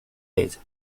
ella